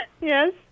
Yes